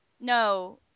No